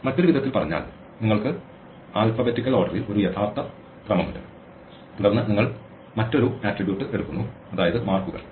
മറ്റൊരു വിധത്തിൽ പറഞ്ഞാൽ നിങ്ങൾക്ക് അക്ഷരമാലാക്രമത്തിൽ ഒരു യഥാർത്ഥ ക്രമം ഉണ്ട് തുടർന്ന് നിങ്ങൾ മറ്റൊരു ആട്രിബ്യൂട്ട് എടുക്കുന്നു അതായത് മാർക്കുകൾ